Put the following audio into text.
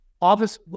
office